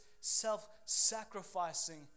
self-sacrificing